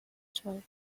child